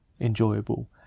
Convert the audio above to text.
enjoyable